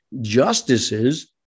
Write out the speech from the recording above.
justices